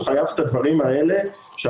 הוא רוצה עזרה,